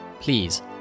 Please